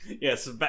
Yes